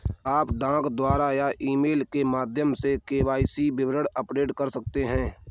आप डाक द्वारा या ईमेल के माध्यम से के.वाई.सी विवरण अपडेट कर सकते हैं